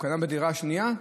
הוא קנה דירה שנייה?